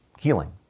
healing